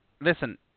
listen